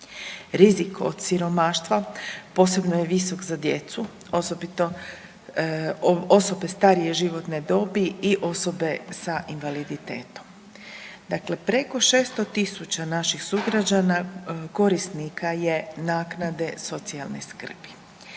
Rizik od siromaštva posebno je visok za djecu, osobito osobe starije životne dobi i osobe sa invaliditetom. Dakle, preko 600 000 naših sugrađana korisnika je naknade socijalne skrbi.